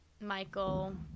Michael